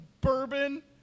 bourbon